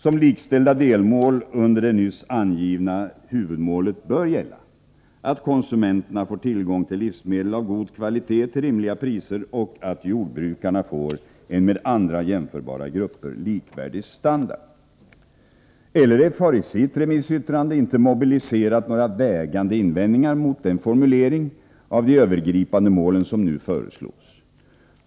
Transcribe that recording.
Som likställda delmål under det nyss angivna huvudmålet bör gälla att konsumenterna skall få tillgång till livsmedel av god kvalitet till rimliga priser och att jordbrukarna skall få en med andra jämförbara grupper likvärdig standard. LRF har i sitt remissyttrande inte mobiliserat några vägande invändningar mot den formulering av de övergripande målen som nu föreslås.